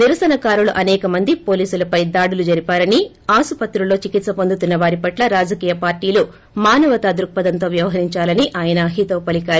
నిరసన కారులు అసేక మంది పోలీసులపై దాడులు జరిపారని ఆసుప్రతుల్లో చికిత్ప పొందుతున్న వారిపట్ల రాజకీయపార్టీలు మానవతాదృక్పదంతో వ్యవహరిందాలని ఆయన హితవు పలికారు